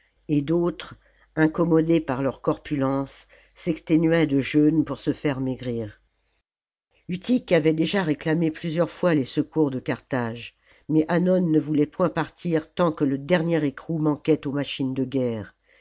et d'autres incommodés par leur corpulence s'exténuaient de jeûnes pour se faire maigrir utique avait déjà réclamé plusieurs fois les secours de carthage mais hannon ne voulait point partir tant que le dernier écrou manquait aux machines de guerre